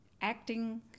acting